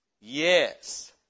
Yes